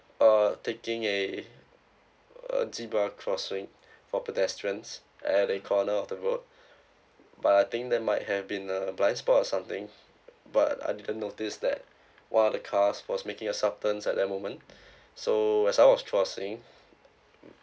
uh taking a uh zebra crossing for pedestrians at the corner of the road but I think there might have been a blind spot or something but I didn't notice that one of the cars was making a subturns at that moment so as I was crossing